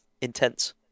intense